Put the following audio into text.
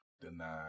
denied